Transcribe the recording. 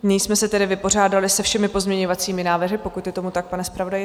Nyní jsme se tedy vypořádali se všemi pozměňovacími návrhy, pokud je tomu tak, pane zpravodaji?